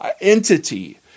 entity